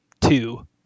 two